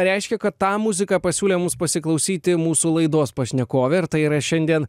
reiškia kad tą muziką pasiūlė mūs pasiklausyti mūsų laidos pašnekovė ir tai yra šiandien